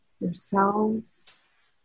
Yourselves